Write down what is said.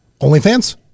OnlyFans